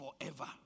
forever